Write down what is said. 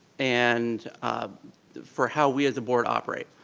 and ah for how we as a board operate.